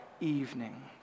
evening